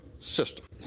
system